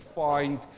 find